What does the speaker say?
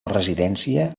residència